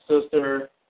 Sister